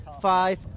five